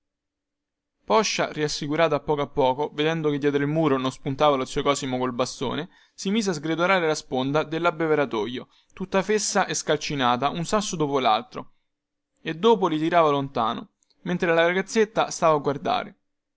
poscia rassicurato a poco a poco vedendo che dietro il muro non spuntava lo zio cosimo col bastone si mise a sgretolare la sponda dellabbeveratoio tutta fessa e scalcinata un sasso dopo laltro e dopo li tirava lontano mentre la ragazzetta stava a guardare